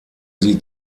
sie